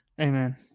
Amen